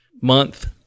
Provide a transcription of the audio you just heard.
month